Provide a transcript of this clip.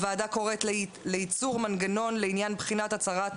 הוועדה קוראת לייצור מנגנון לעניין בחינת הצהרת